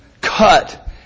cut